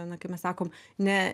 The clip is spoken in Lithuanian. na kaip mes sakom ne